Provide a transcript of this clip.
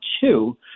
two